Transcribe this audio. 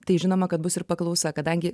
tai žinoma kad bus ir paklausa kadangi